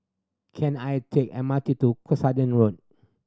can I take M R T to Cuscaden Road